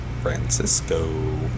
Francisco